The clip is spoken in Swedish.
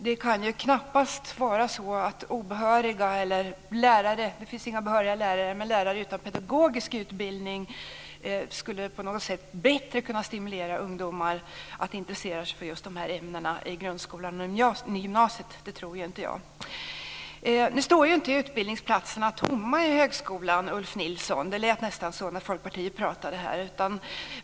Det kan ju knappast vara så att obehöriga eller lärare utan pedagogisk utbildning på något sätt bättre skulle kunna stimulera ungdomar att intressera sig för just de här ämnena i grundskolan eller gymnasiet. Det tror inte jag. Nu står inte utbildningsplatserna tomma i högskolan, Ulf Nilsson. Det lät nästan så när Folkpartiet pratade här.